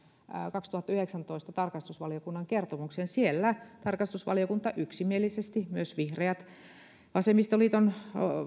kaksituhattayhdeksäntoista kertomukseen siellä tarkastusvaliokunta yksimielisesti myös vihreät ja vasemmistoliiton